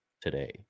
today